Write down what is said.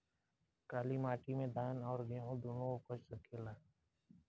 काली माटी मे धान और गेंहू दुनो उपज सकेला?